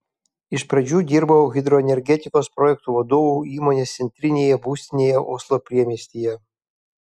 iš pradžių dirbau hidroenergetikos projektų vadovu įmonės centrinėje būstinėje oslo priemiestyje